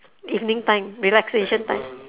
evening time relaxation time